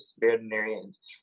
veterinarians